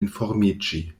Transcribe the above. informiĝi